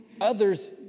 Others